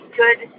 good